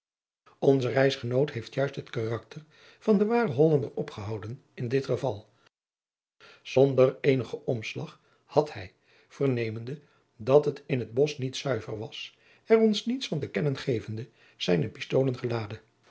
nze reisgenoot heeft juist het karakter van den waren ollander opgehouden in dit geval onder eenigen omslag had hij vernemende dat het in het bosch niet zuiver was er ons niets van te kennen gevende zijne pistolen geladen